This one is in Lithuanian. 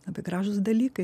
labai gražūs dalykai